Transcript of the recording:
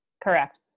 Correct